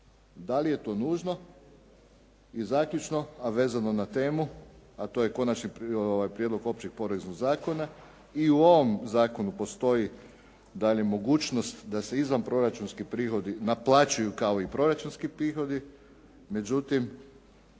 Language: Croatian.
Da li je to nužno? I zaključno, a vezano na temu, a to je Prijedlog općeg poreznog zakona, i u ovom zakonu postoji da nemogućnost da se izvanproračunski prihodi naplaćuju kao i proračunski prihodi, međutim